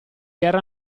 era